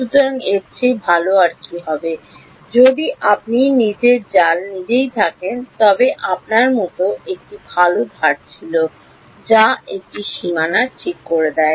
সুতরাং এর চেয়ে ভাল আর কী হবে যদি আপনি নিজের জাল নিজেই থাকেন তবে আপনার মতো একটি ভাল ধার ছিল যা একটি সীমানা ঠিক করে দেয়